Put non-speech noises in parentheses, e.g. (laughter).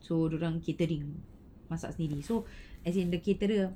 so dia orang catering masak sendiri so (breath) as in the caterer ah